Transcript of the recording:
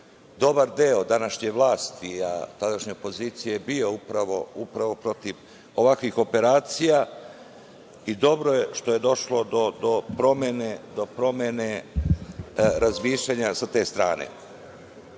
dobar deo današnje vlasti, a tadašnje opozicije, bio upravo protiv ovakvih operacija. Dobro je što je došlo do promene razmišljanja sa te strane. Učešće